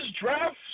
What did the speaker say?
draft